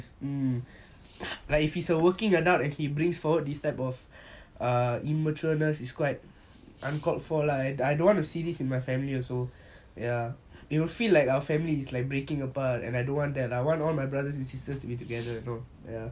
mm like if he is a working adult and he brings forward this type of err immatureness is quite uncalled for lah and I don't want to see this in my family also ya it will feel like our family is like breaking apart and I don't want that I want all my brothers and sisters to be together you know ya